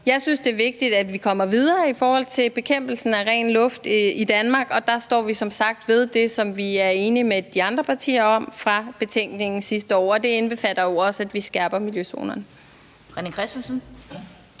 jeg synes, det er vigtigt, at vi kommer videre i forhold til kampen for ren luft i Danmark, og der står vi som sagt ved det, som vi er enige med de andre partier om i forhold til betænkningen fra sidste år, og det indbefatter jo også, at vi skærper miljøzonerne.